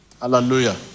Hallelujah